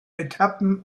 etappen